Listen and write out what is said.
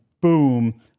boom